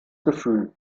gefühl